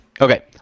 okay